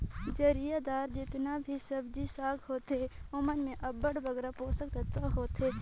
जरियादार जेतना भी सब्जी साग होथे ओमन में अब्बड़ बगरा पोसक तत्व होथे